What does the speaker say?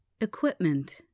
Equipment